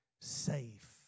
safe